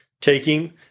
taking